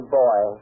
boy